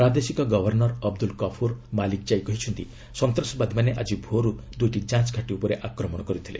ପ୍ରାଦେଶିକ ଗଭର୍ଷର୍ ଅବଦୁଲ୍ କଫୁର୍ ମାଲିକ୍ଜାଇ କହିଛନ୍ତି ସନ୍ତାସବାଦୀମାନେ ଆଜି ଭୋର୍ ଦୁଇଟି ଯାଞ୍ଚ୍ ଘାଟି ଉପରେ ଆକ୍ରମଣ କରିଥିଲେ